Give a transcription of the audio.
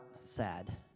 sad